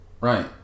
Right